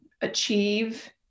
achieve